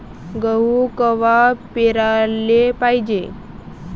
गहू कवा पेराले पायजे?